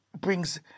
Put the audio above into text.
brings